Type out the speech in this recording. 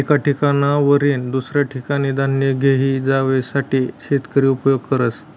एक ठिकाणवरीन दुसऱ्या ठिकाने धान्य घेई जावासाठे शेतकरी उपयोग करस